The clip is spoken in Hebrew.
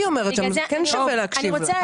שווה להקשיב לה.